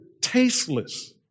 tasteless